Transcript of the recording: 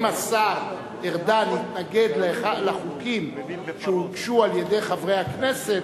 אם השר ארדן יתנגד לחוקים שהוגשו על-ידי חברי הכנסת,